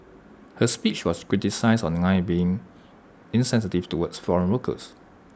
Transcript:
her speech was criticised online being insensitive towards from workers